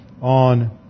on